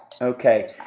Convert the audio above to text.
Okay